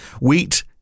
Wheat